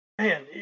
Man